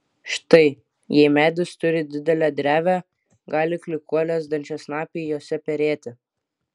štai jei medis turi didelę drevę gali klykuolės dančiasnapiai jose perėti